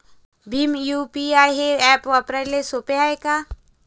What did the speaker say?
Bhim UPI हे app वापराले सोपे हाय का?